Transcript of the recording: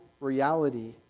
reality